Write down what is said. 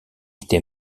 était